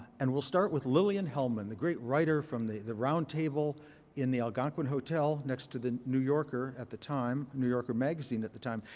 and we'll start with lillian hellman, the great writer from the the round table in the algonquin hotel next to the new yorker at the time, new yorker magazine at the time.